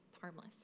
harmless